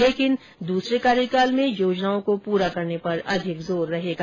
लेकिन दूसरे कार्यकाल में योजनाओं को पूरा करने पर अधिक जोर रहेगा